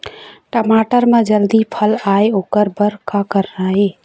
टमाटर म जल्दी फल आय ओकर बर का करना ये?